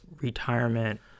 retirement